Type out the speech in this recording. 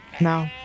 No